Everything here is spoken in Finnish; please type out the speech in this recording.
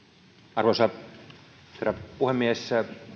arvoisa herra puhemies